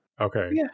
Okay